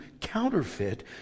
counterfeit